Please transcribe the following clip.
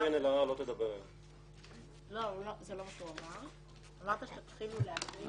שלא תתחיל ההקראה עד שלא כל חברי הכנסת ידברו.